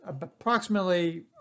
approximately